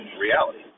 reality